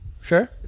Sure